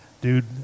dude